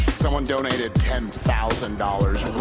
someone donated ten thousand dollars,